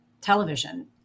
television